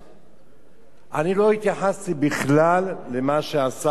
אני לא התייחסתי בכלל למה שעשה חבר הכנסת מיכאל בן-ארי.